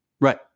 right